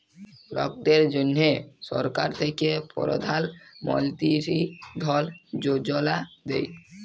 লকদের জ্যনহে সরকার থ্যাকে পরধাল মলতিরি ধল যোজলা দেই